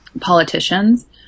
politicians